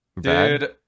Dude